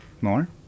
More